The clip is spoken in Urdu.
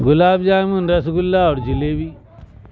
گلاب جامن رسگلا اور جلیبی